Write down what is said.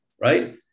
right